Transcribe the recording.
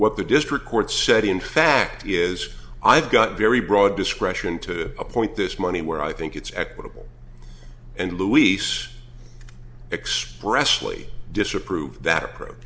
what the district court said in fact is i've got very broad discretion to appoint this money where i think it's equitable and luis expressly disapprove of that approach